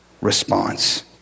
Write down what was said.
response